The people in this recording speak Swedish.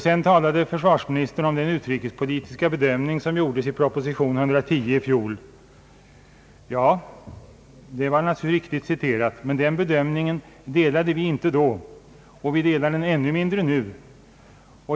Sedan talade försvarsministern om den utrikespolitiska bedömning som gjordes i proposition nr 110 i fjol. Det var riktigt citerat, men den bedömningen delade vi inte då och ännu mindre nu.